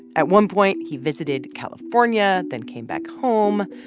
at one point, he visited california then came back home,